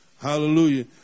Hallelujah